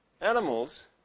animals